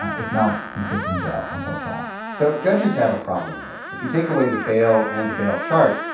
ah if not, he sits in jail until trial so judges have a problem here. if you take away the bail and the bail chart,